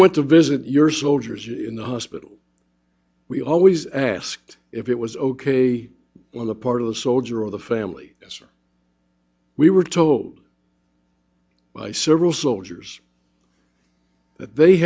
went to visit your soldiers in the hospital we always asked if it was ok on the part of the soldier or the family we were told by several soldiers th